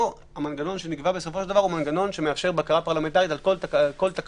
המנגנון שנקבע פה מאפשר בקרה פרלמנטרית על כל תקנה